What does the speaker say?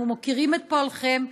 אנחנו מוקירים את פועלכם,